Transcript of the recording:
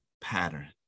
pattern